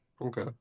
Okay